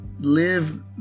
live